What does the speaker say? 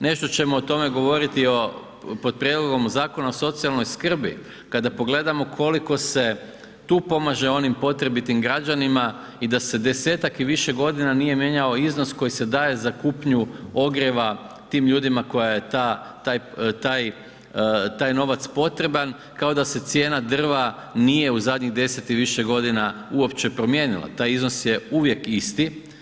Nešto ćemo o tome govoriti pod prijedlogom zakona o socijalnoj skrbi kada pogledamo koliko se tu pomaže onim potrebitim građanima i da se desetak i više godina nije mijenjao iznos koji se daje za kupnju ogrjeva tim ljudima kojima je taj novac potreban kao da se cijena drva nije u zadnjih 10 i više godina uopće promijenila, taj iznos je uvijek isti.